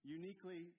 uniquely